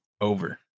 over